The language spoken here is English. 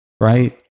right